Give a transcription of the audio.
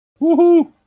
Woohoo